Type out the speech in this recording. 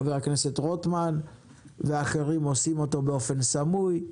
חבר הכנסת רוטמן והאחרים עושים אותו באופן סמוי.